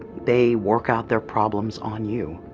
they work out their problems on you.